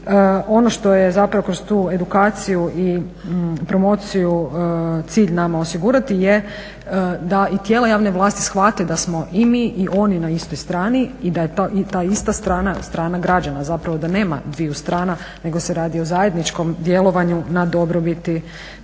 Ono što je kroz tu edukaciju i promociju cilj nama osigurati je da i tijela javne vlasti shvate da smo i mi i oni na istoj strani i da je ta ista strana, strana građana zapravo da nema dviju strana nego se radi o zajedničkom djelovanju na dobrobiti